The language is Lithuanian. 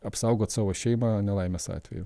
apsaugot savo šeimą nelaimės atveju